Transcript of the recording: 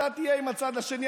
אתה תהיה עם הצד השני,